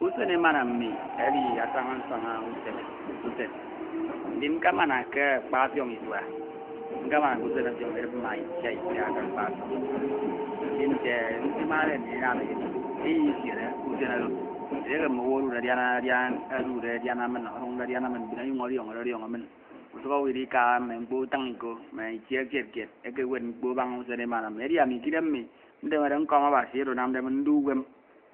Usen emana mmi edi asaña saña usañ. Ndin nkemana ke akpa ofioñ isua, nkemana ke usan ofioñ edip ma itiaita ke akpa ofioñ isua. Ndin nte nseinade ndinam e edi, eyi usien isiere usen oro, edieke mme owu edude adiana edude adiana ọduñde adiana min, mbin onyuñ ọdiọñọde diọñọ min usuk owu idika mme mkpo utin iko, mme itie kied ekewed mkpo abaña usen emana mmi. Edi ami ke idem ndemede nkọm Abasi oro anamde min ndu ihuem